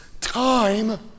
time